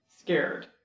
scared